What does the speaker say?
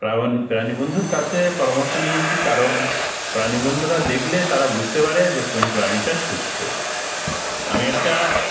প্রাণী বন্ধুর কাছে পরামর্শ নিয়েছি কারণ প্রাণী বন্ধুরা দেখলে তারা বুঝতে পারে যে কোন প্রাণীটা সুস্থ আমি একটা